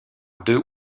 deux